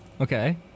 Okay